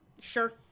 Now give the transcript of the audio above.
Sure